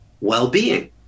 well-being